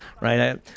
right